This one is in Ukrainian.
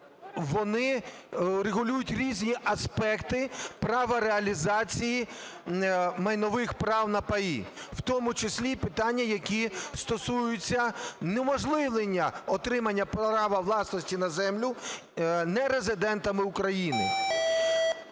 вони регулюють різні аспекти права реалізації майнових прав на паї, в тому числі і питання, які стосуються унеможливлення отримання права власності на землю нерезидентами України.